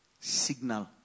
signal